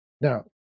Now